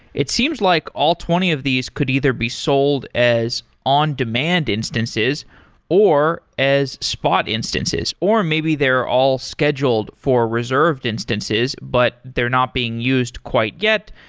it seems like all twenty of these could either be sold as on-demand instances or as spot instances, or maybe they're all scheduled for reserved instances, but they're not being used quite yet.